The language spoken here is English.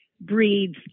breeds